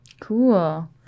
Cool